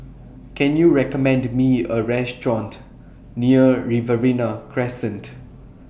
Can YOU recommend Me A Restaurant near Riverina Crescent